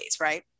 right